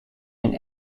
and